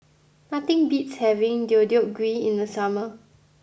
nothing beats having Deodeok Gui in the summer